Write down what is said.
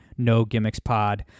NoGimmicksPod